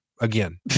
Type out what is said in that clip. again